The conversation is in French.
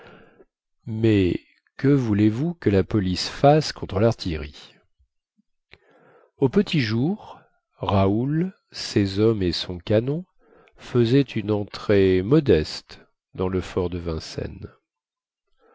mais que voulez-vous que la police fasse contre lartillerie au petit jour raoul ses hommes et son canon faisaient une entrée modeste dans le fort de vincennes